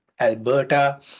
Alberta